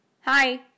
hi